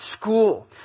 school